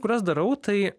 kuriuos darau tai